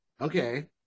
Okay